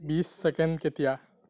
বিশ ছেকেণ্ড কেতিয়া